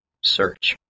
search